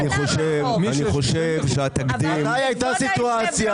אני חושב שהתקדים --- מתי הייתה סיטואציה